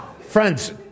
Friends